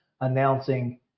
announcing